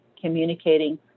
communicating